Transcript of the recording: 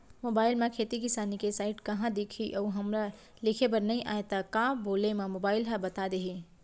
Mobile म खेती किसानी के साइट कहाँ दिखही अऊ हमला लिखेबर नई आय त का बोले म मोबाइल ह बता दिही?